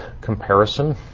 comparison